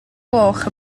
gloch